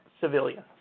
civilians